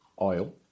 oil